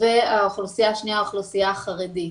והאוכלוסייה השנייה היא האוכלוסייה החרדית.